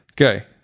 Okay